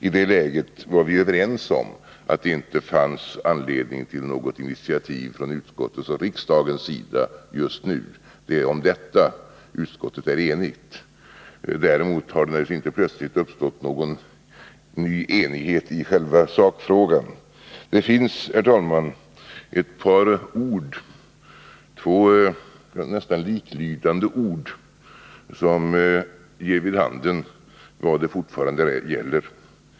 I det läget var vi överens om att det inte fanns anledning till något initiativ från vare sig utskottets eller riksdagens sida just nu. Det är om detta utskottet är enigt. Däremot har det naturligtvis inte plötsligt uppstått någon ny enighet i själva sakfrågan. Det finns, herr talman, ett par nästan likalydande ord som ger vid handen vad frågan fortfarande gäller.